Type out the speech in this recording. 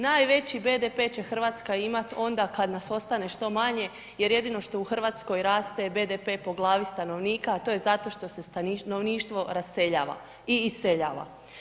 Najveći BDP će Hrvatska imati, onda kada nas ostane što manje, jer jedino što u Hrvatskoj raste je BDP po glavi stanovnika, a to je zato što se stanovništvo raseljava i iseljava.